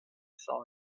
saw